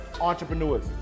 entrepreneurs